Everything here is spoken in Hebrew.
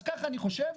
אז ככה אני חושב,